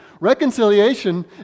reconciliation